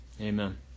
amen